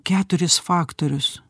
keturis faktorius